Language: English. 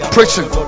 Preaching